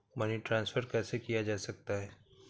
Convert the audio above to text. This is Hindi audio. मनी ट्रांसफर कैसे किया जा सकता है?